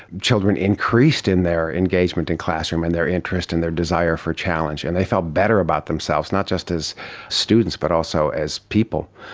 children increased in their engagement in classroom and their interest and their desire for challenge and they felt better about themselves, just as students but also as people.